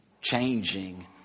changing